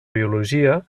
biologia